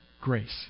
grace